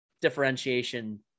differentiation